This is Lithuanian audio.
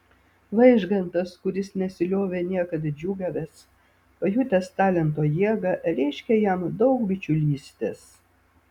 vaižgantas kuris nesiliovė niekad džiūgavęs pajutęs talento jėgą reiškė jam daug bičiulystės